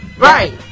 Right